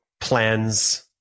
plans